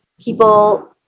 people